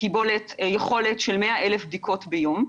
יכולת של 100,000 בדיקות ביום.